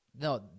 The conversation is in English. no